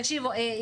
תקשיבו,